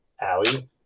Allie